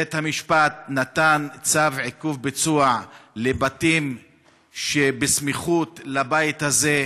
בית-המשפט נתן צו עיכוב ביצוע לבתים שבסמיכות לבית הזה.